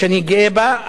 שאני גאה בה.